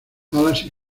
alas